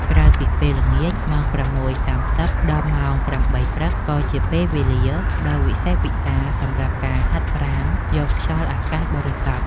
ក្រៅពីពេលល្ងាច ម៉ោង ៦:៣០ ដល់ម៉ោង ៨:០០ ព្រឹក ក៏ជាពេលវេលាដ៏វិសេសវិសាលសម្រាប់ការហាត់ប្រាណយកខ្យល់អាកាសបរិសុទ្ធ។